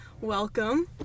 Welcome